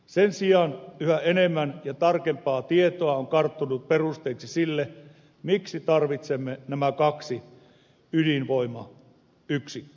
sen sijaan yhä enemmän ja tarkempaa tietoa on karttunut perusteeksi sille miksi tarvitsemme nämä kaksi ydinvoimayksikköä lisää